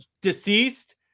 Deceased